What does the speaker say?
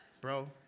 Bro